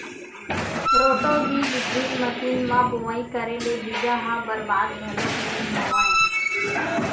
roto बीज drill machine म बोवई करे ले बीजा ह बरबाद घलोक नइ होवय